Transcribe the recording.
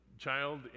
child